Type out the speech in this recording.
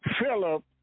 Philip